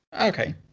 Okay